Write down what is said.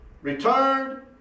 returned